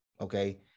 Okay